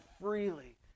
freely